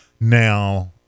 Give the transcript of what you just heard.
Now